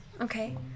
Okay